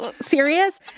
serious